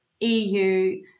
eu